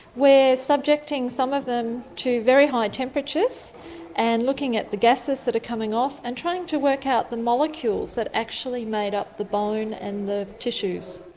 we're subjecting some of them to very high temperatures and looking at the gases that are coming off and trying to work out the molecules that actually made up the bone and the tissues.